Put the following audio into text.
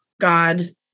God